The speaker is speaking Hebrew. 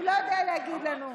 הוא לא יודע להגיד לנו.